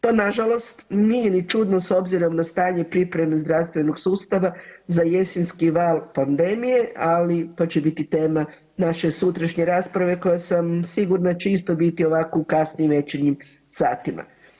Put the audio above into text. To na žalost nije ni čudno s obzirom na stanje pripreme zdravstvenog sustava za jesenski val pandemije, ali to će biti tema naše sutrašnje rasprave koja sam sigurno će isto biti ovako u kasnim večernjim satima.